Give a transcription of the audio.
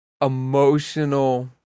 emotional